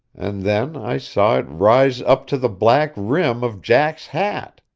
and then i saw it rise up to the black rim of jack's hat.